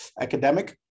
academic